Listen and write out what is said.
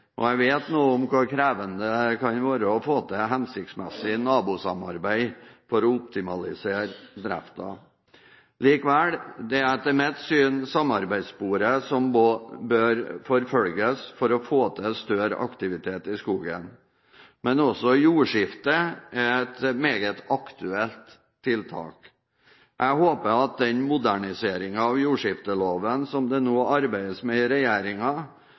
og jeg vet noe om hvor krevende det kan være å få til hensiktsmessig nabosamarbeid for å optimalisere driften. Likevel, det er etter mitt syn samarbeidssporet som bør forfølges for å få til større aktivitet i skogen. Men også jordskifte er et meget aktuelt tiltak. Jeg håper at den moderniseringen av jordskifteloven som det nå arbeides med i